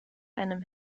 einem